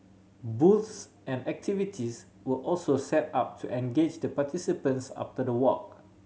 booths and activities were also set up to engage the participants after the walk